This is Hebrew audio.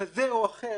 כזה או אחר,